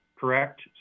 correct